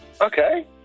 Okay